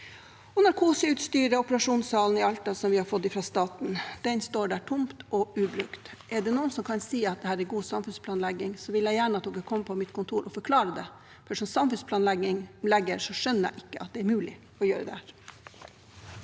Narkoseutstyret og operasjonssalen i Alta, som vi har fått fra staten, står der tomme og ubrukte. Er det noen som kan si at dette er god samfunnsplanlegging, vil jeg gjerne at de kommer på mitt kontor og forklarer det. For som samfunnsplanlegger skjønner jeg ikke at det er mulig å gjøre dette.